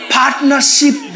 partnership